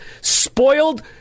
spoiled